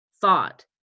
thought